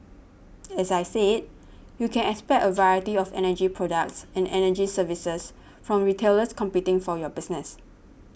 as I said you can expect a variety of energy products and energy services from retailers competing for your business